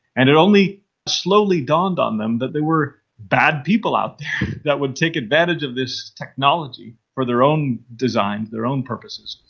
and it only slowly dawned on them that there were bad people out there that would take advantage of this technology for their own designs, their own purposes.